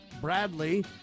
Bradley